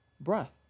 breath